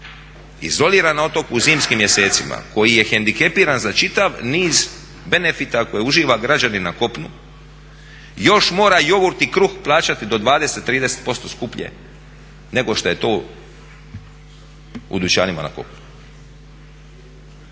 izoliran na otoku u zimskim mjesecima koji je hendikepiran za čitav niz benefita koje uživa građanin na kopunu još mora jogurt i kruh plaćati do 20, 30% skuplje nego što je to u dućanima na kopnu.